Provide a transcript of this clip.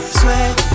sweat